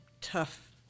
tough